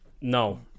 No